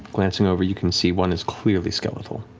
glancing over, you can see one is clearly skeletal,